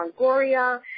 Longoria